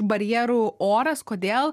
barjerų oras kodėl